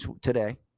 today